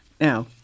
Now